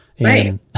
Right